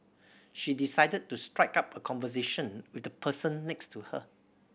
she decided to strike up a conversation with the person next to her